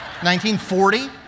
1940